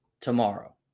tomorrow